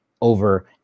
over